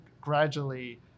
gradually